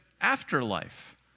afterlife